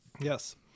Yes